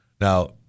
Now